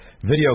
video